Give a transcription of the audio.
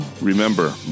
remember